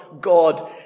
God